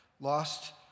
Lost